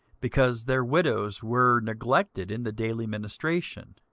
because their widows were neglected in the daily ministration.